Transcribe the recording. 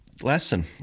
lesson